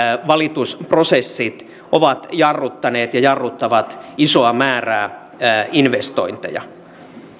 valitusprosessit ovat jarruttaneet ja jarruttavat isoa määrää investointeja